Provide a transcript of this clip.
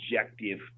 objective